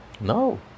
No